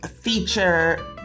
feature